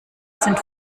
sind